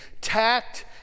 Tact